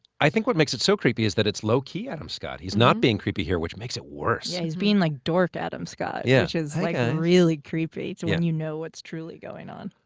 i think what makes it so creepy is that it's low-key adam scott. he's not being creepy here, which makes it worse. yeah, he's being, like dork adam scott. yeah. which is, like, really creepy. it's when you know what's truly going on.